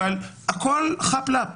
אבל הכול חאפ לאפ.